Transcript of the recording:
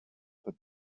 that